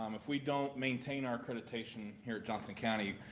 um if we don't maintain our accreditation here at johnson county,